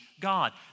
God